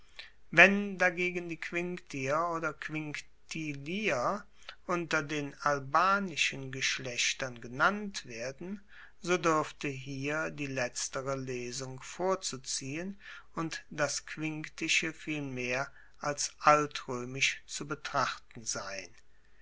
wenn dagegen die quinctier oder quinctilier unter den albanischen geschlechtern genannt werden so duerfte hier die letztere lesung vorzuziehen und das quinctische vielmehr als altroemisch zu betrachten sein